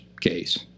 case